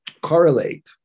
correlate